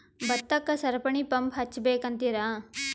ಭತ್ತಕ್ಕ ಸರಪಣಿ ಪಂಪ್ ಹಚ್ಚಬೇಕ್ ಅಂತಿರಾ?